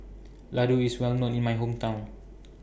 Laddu IS Well known in My Hometown